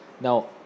Now